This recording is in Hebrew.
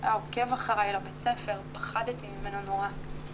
הוא היה עוקב אחרי לבית הספר ופחדתי ממנו נורא.